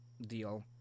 deal